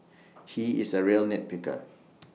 he is A real nit picker